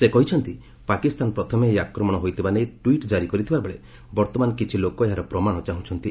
ସେ କହିଛନ୍ତି ପାକିସ୍ତାନ ପ୍ରଥମେ ଏହି ଆକ୍ରମଣ ହୋଇଥିବା ନେଇ ଟ୍ୱିଟ୍ ଜାରି କରିଥିବା ବେଳେ ବର୍ତ୍ତମାନ କିଛିଲୋକ ଏହାର ପ୍ରମାଣ ଚାହୁଁଛନ୍ତି